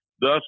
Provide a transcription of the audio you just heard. thus